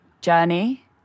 journey